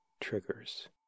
triggers